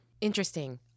Interesting